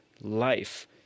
life